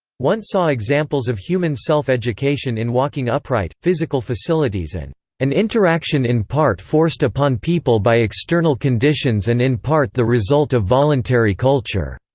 wundt saw examples of human self-education in walking upright, physical facilities and an interaction in part forced upon people by external conditions and in part the result of voluntary culture.